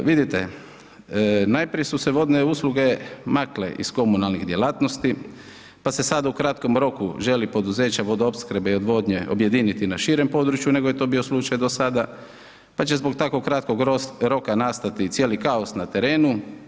Vidite najprije su se vodne usluge makle iz komunalnih djelatnosti, pa se sada u kratkom roku želi poduzeće vodoopskrbe i odvodnje objediniti na širem području nego je to bio slučaj do sada, pa će zbog tako kratkog roka nastati i cijeli kaos na terenu.